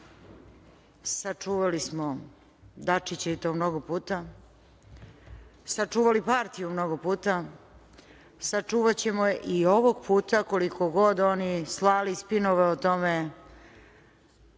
Sačuvali smo Dačića i to mnogo puta, sačuvali partiju mnogo puta, sačuvaćemo je i ovog puta, koliko god oni slali spinove o tome